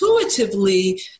intuitively